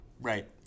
Right